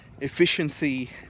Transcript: efficiency